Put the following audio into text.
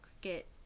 get